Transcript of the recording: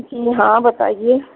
جی ہاں بتائیے